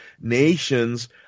nations